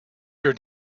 your